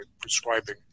prescribing